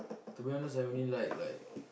to be honest I only like like